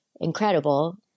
Incredible